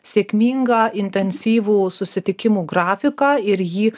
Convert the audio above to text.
sėkmingą intensyvų susitikimų grafiką ir jį